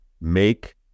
make